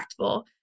impactful